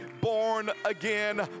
born-again